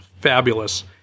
fabulous